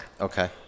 Okay